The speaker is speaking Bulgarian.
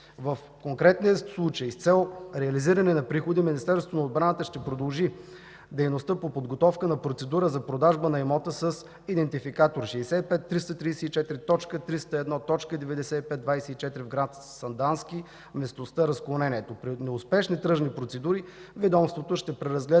В конкретния случай с цел реализиране на приходи Министерството на отбраната ще продължи дейността по подготовка на процедура за продажба на имот и идентификатор 65334.301.9524 в град Сандански, местността „Разклонението”. При неуспешни тръжни процедури ведомството ще преразгледа